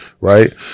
right